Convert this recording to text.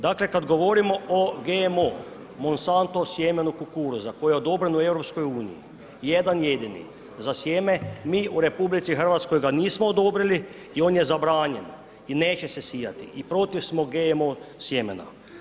Dakle, kad govorimo o GMO, Monsanto sjemenu kukuruza koje je odobreno u EU, jedan jedini za sjeme mi u RH ga nismo odobrili i on je zabranjen i neće se sijati i protiv smo GMO sjemena.